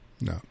No